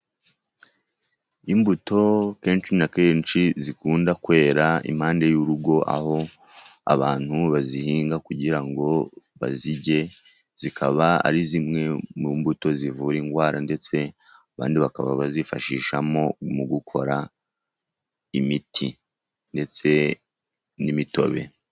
Imbuto kenshi na kenshi zikunda kwera impande y'urugo aho abantu bazihinga kugira ngo bazirye , zikaba ari zimwe mu mbuto zivura indwara ndetse abandi bakaba bazifashisha mu gukora imiti ndetse n'imitobe .